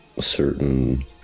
certain